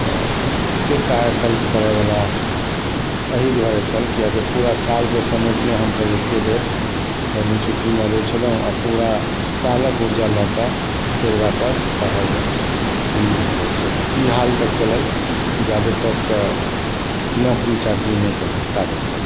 तऽ एत्तेक आइ काल्हि करयबला ओहि दुआरे छल किएकि पूरा सालके समेटने हमसब एकेबेर गरमी छुट्टीमे अबै छलहुँ आ पूरा सालक ऊर्जा लऽ कऽ फेर वापस पढ़ाइमे लीन भऽ जाइ छलहुँ ई हाल तक चलल जाबत तक नौकरी चाकरी नहि केलहुँ ताबत तक